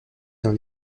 dans